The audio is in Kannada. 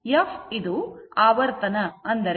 f ಇದು ಆವರ್ತನ ಆಗಿದೆ